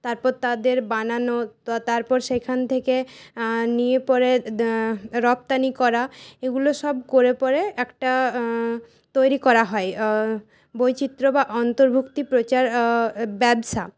তারপর তাদের বানানো তারপর সেখান থেকে নিয়ে পরে রপ্তানি করা এইগুলো সব করে পরে একটা তৈরি করা হয় বৈচিত্র্য বা অন্তর্ভুক্তি প্রচার ব্যবসা